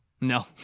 No